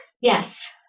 Yes